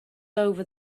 over